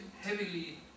heavily